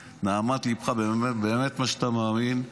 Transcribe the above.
מנהמת ליבך ובאמת באמת ממה שאתה מאמין,